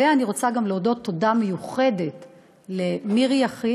ואני רוצה גם לומר תודה מיוחדת למירי יכין,